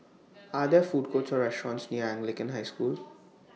Are There Food Courts Or restaurants near Anglican High School